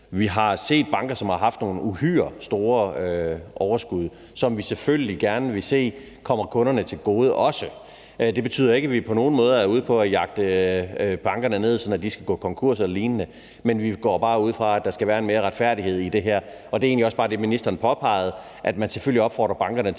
vi har set banker, som har haft nogle uhyre store overskud, som vi selvfølgelig gerne vil se også kommer kunderne til gode. Det betyder ikke på nogen måde, at vi er ude på at jagte bankerne, så de skal gå konkurs eller lignende. Men vi går bare ud fra, at der skal være mere retfærdighed i det her, og det var egentlig også bare det, ministeren påpegede, altså at man selvfølgelig opfordrer bankerne til